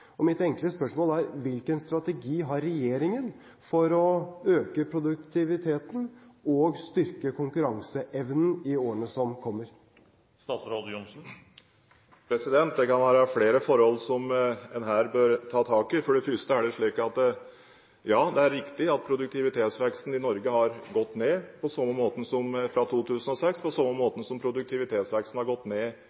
budsjett. Mitt enkle spørsmål er: Hvilken strategi har regjeringen for å øke produktiviteten og styrke konkurranseevnen i årene som kommer? Det kan være flere forhold som en her bør ta tak i. For det første er det slik – ja, det er riktig – at produktivitetsveksten i Norge har gått ned fra 2006, på samme måten som